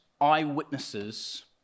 eyewitnesses